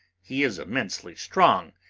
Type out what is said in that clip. he is immensely strong,